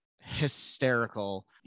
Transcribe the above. hysterical